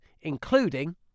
including